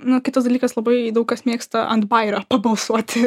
nu kitas dalykas labai daug kas mėgsta ant bajerio pabalsuoti